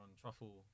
truffle